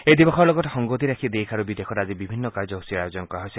এই দিৱসৰ লগত সংগতি ৰাখি দেশ আৰু বিদেশত আজি বিভিন্ন কাৰ্যসূচীৰ আয়োজন কৰা হৈছে